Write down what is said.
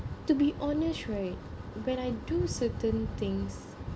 to be honest right when I do certain things